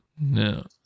No